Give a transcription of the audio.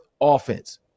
offense